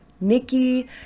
nikki